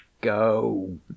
go